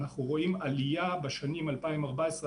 אנחנו רואים עלייה בשנים 2014,